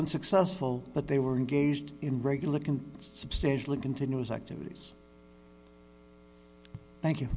unsuccessful but they were engaged in regular can substantially continuous activities thank you